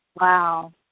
Wow